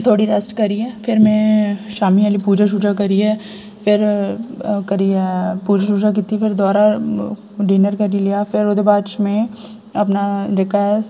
थोह्ड़ी रैस्ट करियै फिर में शामी आह्ली पूजा शूजा करियै फिर करियै पूजा शूजा कीती फिर दबारै डिनर करी लेआ फिर ओह्दे बाद च में अपना जेह्का ऐ